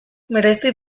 merezi